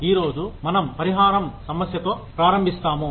ఈరోజు మనం పరిహారం సమస్యతో ప్రారంభిస్తాము